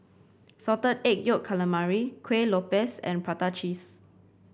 Salted Egg Yolk Calamari Kueh Lopes and Prata Cheese